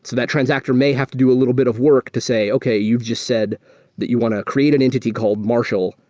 that transactor may have to do a little bit of work to say, okay, you've just said that you want to create an entity called marshall,